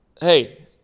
Hey